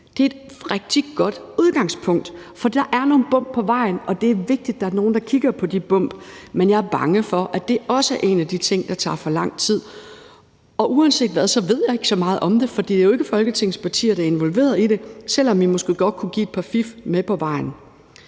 Det er et rigtig godt udgangspunkt, for der er nogle bump på vejen, og det er vigtigt, at der er nogen, der kigger på de bump, men jeg er bange for, at det også er en af de ting, der tager for lang tid. Uanset hvad ved jeg ikke så meget om det, for det er jo ikke Folketingets partier, der er involveret i det, selv om vi måske godt kunne give et par fif med på vejen.